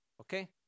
Okay